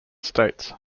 states